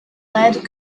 lead